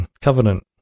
Covenant